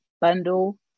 bundle